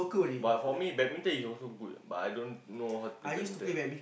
but for me badminton is also good but I don't know how to play badminton